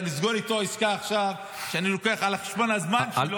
ולסגור איתו עסקה עכשיו שאני לוקח על חשבון הזמן שלו.